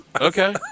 Okay